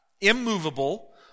immovable